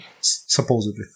Supposedly